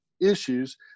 issues